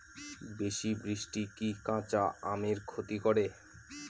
বেশি বৃষ্টি কি কাঁচা আমের ক্ষতি করে?